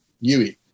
Yui